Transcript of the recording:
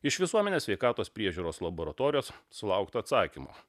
iš visuomenės sveikatos priežiūros laboratorijos sulaukta atsakymo